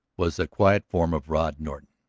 was the quiet form of rod norton,